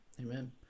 amen